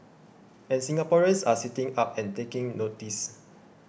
and Singaporeans are sitting up and taking notice